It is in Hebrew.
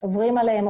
עוברים עליהן,